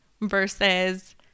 versus